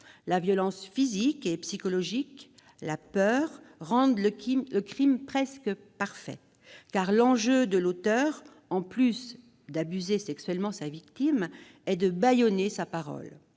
La violence physique et psychologique, la peur rendent le crime presque parfait, car l'enjeu pour l'auteur des faits, en plus d'abuser sexuellement sa victime, est d'empêcher la parole